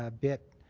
ah bit,